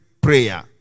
prayer